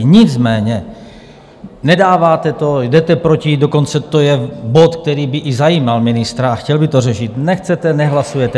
Nicméně nedáváte to, jdete proti, dokonce je to bod, který kdyby zajímal ministra a chtěl by to řešit, nechcete, nehlasujete.